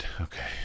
okay